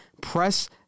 press